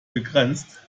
begrenzt